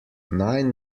nine